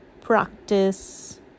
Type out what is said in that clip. practice